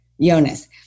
Jonas